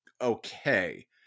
okay